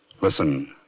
Listen